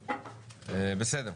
בסדר.